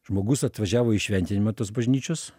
žmogus atvažiavo į šventinimą tos bažnyčios